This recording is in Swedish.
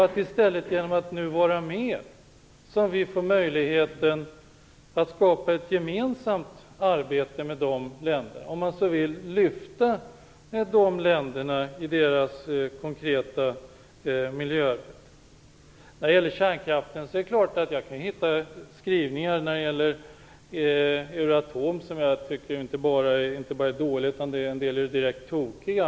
Det är genom att vara med som vi får möjlighet att skapa ett gemensamt arbete med de länderna och, om man så vill, lyfta de länderna i deras konkreta miljöarbete. Det är klart att jag kan hitta skrivningar om Euratom som jag tycker är inte bara dåliga utan direkt tokiga.